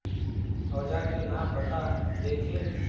औजार के नाम बता देथिन?